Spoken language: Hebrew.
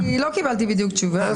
לא קיבלתי בדיוק תשובה.